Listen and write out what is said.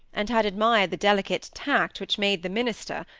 and had admired the delicate tact which made the minister,